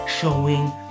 showing